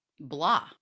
blah